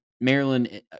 Maryland